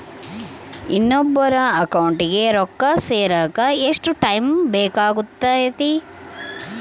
ಇನ್ನೊಬ್ಬರ ಅಕೌಂಟಿಗೆ ರೊಕ್ಕ ಸೇರಕ ಎಷ್ಟು ಟೈಮ್ ಬೇಕಾಗುತೈತಿ?